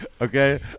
Okay